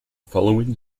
following